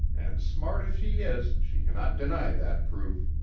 and smart as she is, she cannot deny that proof.